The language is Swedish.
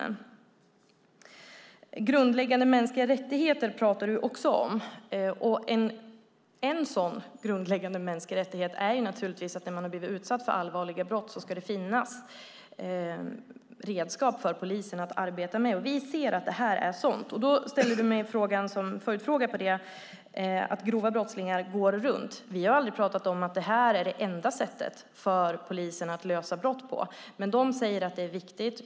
Jens Holm talar även om grundläggande mänskliga rättigheter. En sådan grundläggande mänsklig rättighet är naturligtvis att det ska finnas redskap för polisen att arbeta med när man har blivit utsatt för allvarliga brott. Vi ser att det här är ett sådant redskap. Jens Holm ställer en följdfråga angående att grova brottslingar går runt. Vi har dock aldrig sagt att det här är det enda sättet för polisen att lösa brott på. Men de säger att det är viktigt.